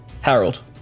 Harold